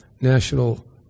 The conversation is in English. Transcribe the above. national